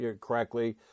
correctly